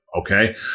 Okay